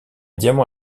diamant